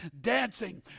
Dancing